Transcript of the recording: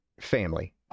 family